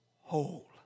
whole